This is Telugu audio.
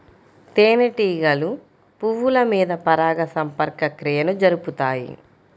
తేనెటీగలు పువ్వుల మీద పరాగ సంపర్క క్రియను జరుపుతాయి